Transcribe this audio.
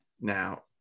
now